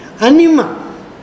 Anima